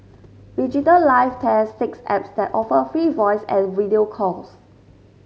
Digital Life tests six apps that offer free voice and video calls